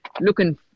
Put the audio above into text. looking